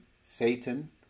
Satan